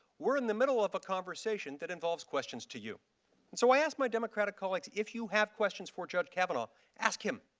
we are in the middle of a conversation that involves questions to you so i asked my ah but colleagues if you have questions for judge kavanaugh, ask him.